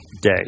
Day